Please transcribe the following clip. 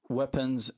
weapons